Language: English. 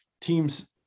teams